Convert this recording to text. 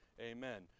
Amen